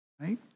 right